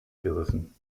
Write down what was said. gerissen